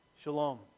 Shalom